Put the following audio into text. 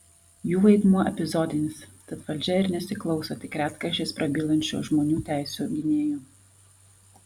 jų vaidmuo epizodinis tad valdžia ir nesiklauso tik retkarčiais prabylančių žmonių teisių gynėjų